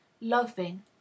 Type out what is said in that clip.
loving